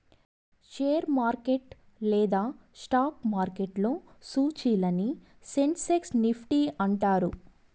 share market లేదా stock మార్కెట్లో సూచీలని సెన్సెక్స్ నిఫ్టీ అంటారు